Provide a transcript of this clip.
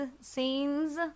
scenes